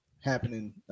happening